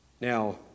Now